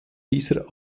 dieser